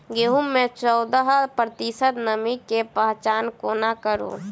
गेंहूँ मे चौदह प्रतिशत नमी केँ पहचान कोना करू?